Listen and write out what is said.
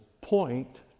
point